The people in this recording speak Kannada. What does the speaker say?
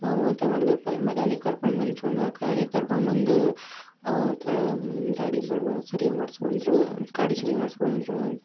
ನಾವು ಎಂತ ಮಾಡಿದೆವಪ್ಪ ಮೆಕ್ಯಾನಿಕ್ ಕರ್ಕೊಂಡ್ಬಂದು ಚೂರು ಮೆಕ್ಯಾನಿಕ್ ಕರ್ಕೊಂಡ್ಬಂದು ಅವನ ಹತ್ರ ಗಾಡಿ ಬರ್ಬ ಸರಿ ಮಾಡ್ಸ್ಕೊಂಡ್ರು ಗಾಡಿ ಸರಿ ಮಾಡ್ಸ್ಕೊಂಡರು